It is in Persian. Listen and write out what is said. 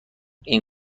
این